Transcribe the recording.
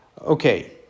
Okay